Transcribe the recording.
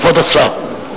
כבוד השר.